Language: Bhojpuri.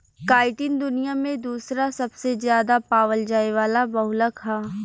काइटिन दुनिया में दूसरा सबसे ज्यादा पावल जाये वाला बहुलक ह